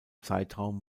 zeitraum